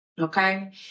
Okay